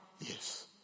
Yes